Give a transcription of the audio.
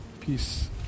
peace